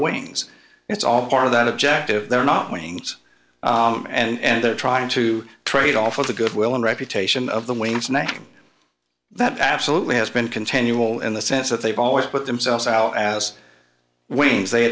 ways it's all part of that objective they're not wings and they're trying to trade off of the goodwill and reputation of the waynes name that absolutely has been continual in the sense that they've always put themselves out as wings they